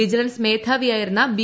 vigilance മേധാവിയായിരുന്ന B